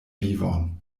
vivon